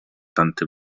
tante